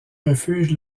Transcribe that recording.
refuge